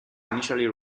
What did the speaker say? initially